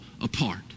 apart